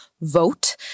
vote